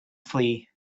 flee